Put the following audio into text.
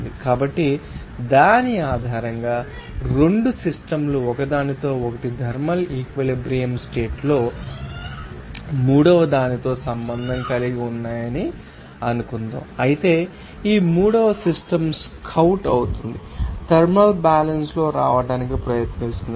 కాబట్టి దాని ఆధారంగా 2 సిస్టమ్ లు ఒకదానితో ఒకటి థర్మల్ ఈక్విలిబ్రియం స్టేట్ లో మూడవదానితో సంబంధం కలిగి ఉన్నాయని అనుకుందాం అయితే ఈ మూడవ సిస్టమ్ స్కౌట్ అవుతుంది థర్మల్ బ్యాలన్స్ లో రావడానికి ప్రయత్నిస్తుంది